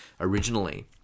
originally